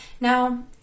Now